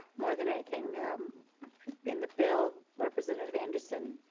more than anything um in the bill representative anderson